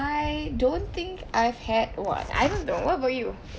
I don't think I've had what I don't know what about you